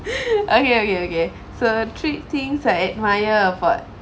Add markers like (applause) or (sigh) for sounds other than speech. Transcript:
(laughs) okay okay okay so three things I admire about